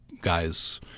guys